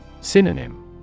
Synonym